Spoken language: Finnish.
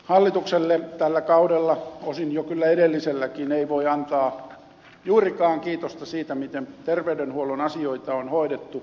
hallitukselle tällä kaudella osin jo kyllä edelliselläkin ei voi antaa juurikaan kiitosta siitä miten terveydenhuollon asioita on hoidettu